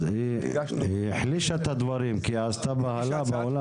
אז היא החלישה את הדברים כי היא עשתה בהלה באולם.